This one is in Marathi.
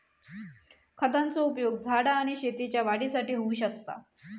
खतांचो उपयोग झाडा आणि शेतीच्या वाढीसाठी होऊ शकता